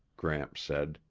gramps said.